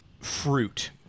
fruit